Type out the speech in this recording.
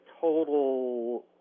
total